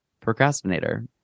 procrastinator